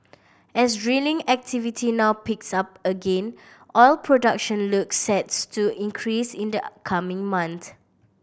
as drilling activity now picks up again oil production looks sets to increase in the coming